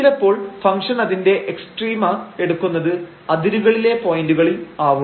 ചിലപ്പോൾ ഫംഗ്ഷൻ അതിന്റെ എക്സ്ട്രീമ എടുക്കുന്നത് അതിരുകളിലെ പോയന്റുകളിൽ ആവും